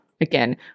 Again